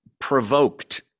provoked